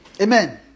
Amen